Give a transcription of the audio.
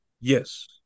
Yes